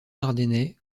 ardennais